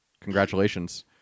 Congratulations